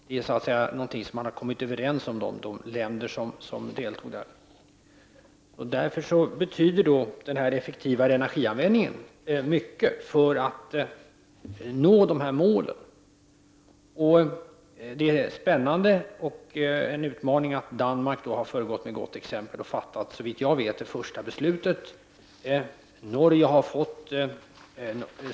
Detta är någonting som de länder som deltog har kommit överens om. För att nå dessa mål betyder en effektiv energianvändning mycket. Det är spännande, och en utmaning, att Danmark har föregått med gott exempel och, såvitt jag vet, har fattat det första beslutet.